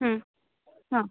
आम् आम्